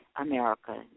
America